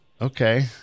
Okay